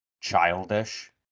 childish